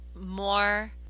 more